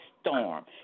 storm